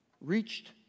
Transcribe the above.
reached